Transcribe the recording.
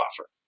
offer